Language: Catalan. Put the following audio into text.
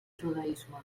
judaisme